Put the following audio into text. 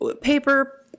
paper